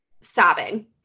sobbing